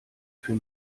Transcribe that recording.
für